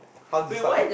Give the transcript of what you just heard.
how did you start like